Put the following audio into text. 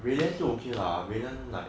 valen still okay lah valen like